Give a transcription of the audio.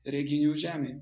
reginių žemėje